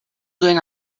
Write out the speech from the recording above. doing